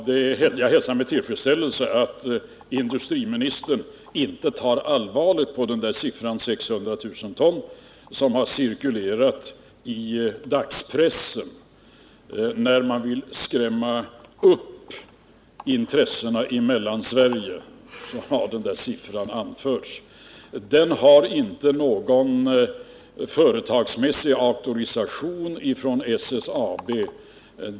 Herr talman! Jag hälsar med tillfredsställelse att industriministern inte tar allvarligt på siffran 600 000 ton, som har cirkulerat i dagspressen. När man vill skrämma upp intressena i Mellansverige har den siffran anförts. Den har inte någon företagsmässig auktorisation från SSAB.